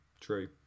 true